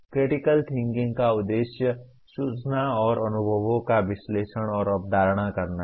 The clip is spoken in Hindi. क्रिटिकल थिंकिंग का उद्देश्य सूचना और अनुभवों का विश्लेषण और अवधारणा करना है